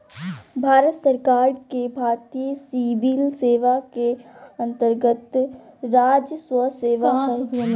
भारत सरकार के भारतीय सिविल सेवा के अन्तर्गत्त राजस्व सेवा हइ